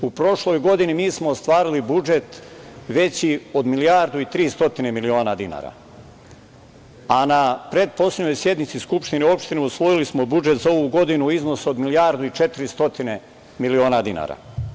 U prošloj godini mi smo ostvarili budžet veći od milijardu i 300 miliona dinara, a na pretposlednjoj sednici Skupštine opštine usvojili smo budžet za ovu godinu u iznosu od milijardu i 400 miliona dinara.